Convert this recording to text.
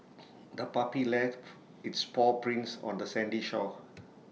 the puppy left its paw prints on the sandy shore